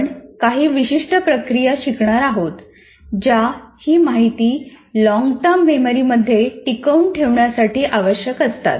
आपण काही विशिष्ट प्रक्रिया शिकणार आहोत ज्या ही माहिती लॉंगटर्म मेमरीमध्ये टिकवून ठेवण्यासाठी आवश्यक असतात